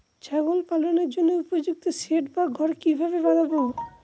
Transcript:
ছাগল পালনের জন্য উপযুক্ত সেড বা ঘর কিভাবে বানাবো?